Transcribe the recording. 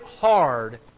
hard